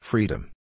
Freedom